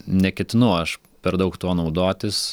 neketinu aš per daug tuo naudotis